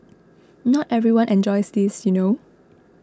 not everyone enjoys this you know